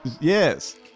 Yes